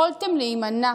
יכולתם להימנע